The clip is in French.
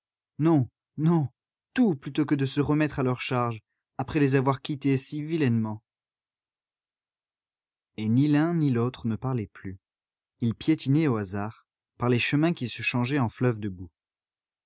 non non tout plutôt que de se remettre à leur charge après les avoir quittés si vilainement et ni l'un ni l'autre ne parlaient plus ils piétinaient au hasard par les chemins qui se changeaient en fleuves